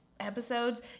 episodes